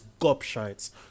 gobshites